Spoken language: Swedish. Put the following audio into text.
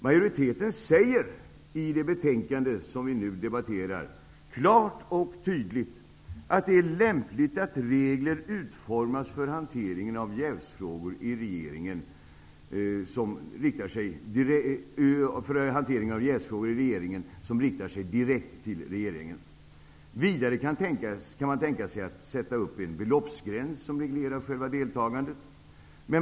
Majoriteten säger i det betänkande som vi nu debatterar klart och tydligt att det är ''lämpligt att regler utformas för hanteringen av jävsfrågor i regeringsärenden som riktar sig direkt till regeringen''. Vidare kan man tänka sig att sätta upp en beloppsgräns som reglerar själva deltagandet.